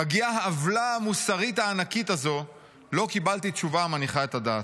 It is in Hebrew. מגיעה העוולה המוסרית הענקית הזו לא קיבלתי תשובה המניחה את הדעת.